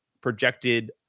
projected